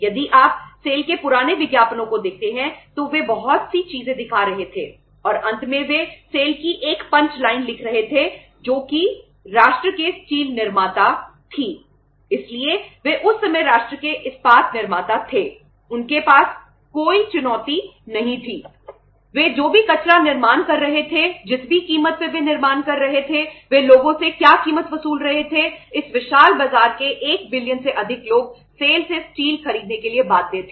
यदि आप सेल खरीदने के लिए बाध्य थे